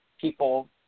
people